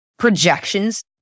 projections